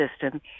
system